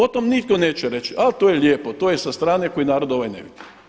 O tom nitko neće reći e to je lijepo, to je sa strane koji narod ovaj ne vidi.